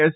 S